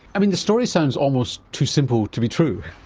i mean the story sounds almost too simple to be true.